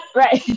right